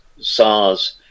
SARS